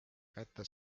kätte